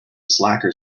slacker